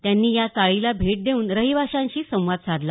त्यांनी या चाळीला भेट देउन रहिवाशांशी संवाद साधला